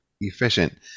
efficient